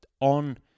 on